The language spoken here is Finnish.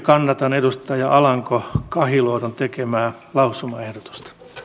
kannatan edustaja alanko kahiluodon tekemää lausumaehdotusta